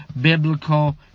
biblical